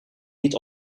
niet